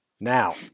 now